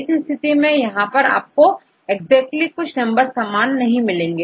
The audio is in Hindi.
इस स्थिति में यहां पर आपको एग्जैक्टली कुछ नंबर समान नहीं मिलेंगे